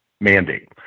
mandate